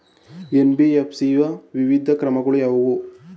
NBFC ಯ ವಿವಿಧ ಪ್ರಕಾರಗಳು ಯಾವುವು?